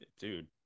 Dude